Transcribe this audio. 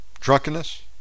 Drunkenness